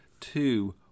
two